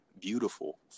beautiful